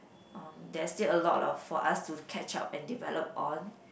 um there still a lot of for us to catch up and develop on